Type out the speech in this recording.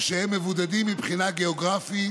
ושהם מבודדים מבחינה גיאוגרפית